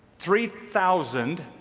three thousand